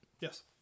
Yes